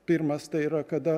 pirmas tai yra kada